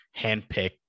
handpick